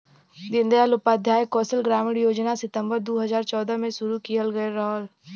दीन दयाल उपाध्याय कौशल ग्रामीण योजना सितम्बर दू हजार चौदह में शुरू किहल गयल रहल